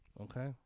Okay